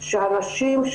שהנשים,